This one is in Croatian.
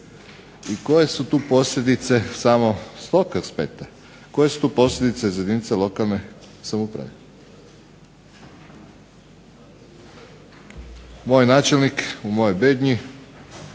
I koje su tu posljedice samo s tog aspekta? Koje su tu posljedice za jedinice lokalne samouprave? Moj načelnik u mojoj Bednji